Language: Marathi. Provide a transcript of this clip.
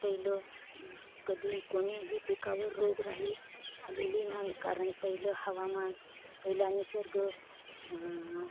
पहिलं कधी कोणीही पिकावर रोगराई आलेली नाही कारण पहिलं हवामान पहिला निसर्ग